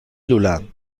لولند